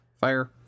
Fire